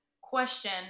question